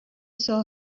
saw